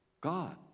God